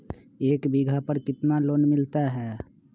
एक बीघा पर कितना लोन मिलता है?